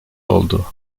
oldu